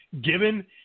given